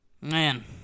Man